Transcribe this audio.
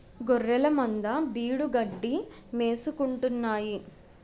గొఱ్ఱెలమంద బీడుగడ్డి మేసుకుంటాన్నాయి